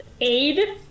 Aid